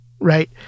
right